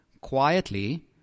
quietly